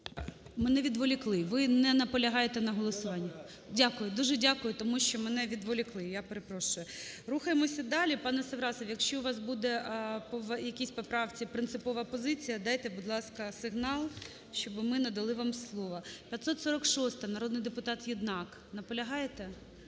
Мене відволікли. Ви не наполягаєте на голосуванні? Дякую, дуже дякую, тому що мене відволікли. Я перепрошую. Рухаємось далі. ПанеСаврасов, якщо у вас буде по якійсь поправці принципова позиція, дайте, будь ласка сигнал, щоби ми надали вам слово. 546-а, народний депутатЄднак. Наполягаєте?